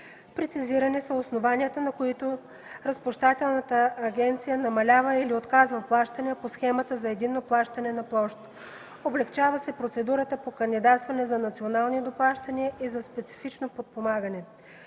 Прецизирани са основанията, на които Разплащателната агенция намалява или отказва плащания по Схемата за единно плащане на площ. Облекчава се процедурата по кандидатстване за национални доплащания и за специфично подпомагане.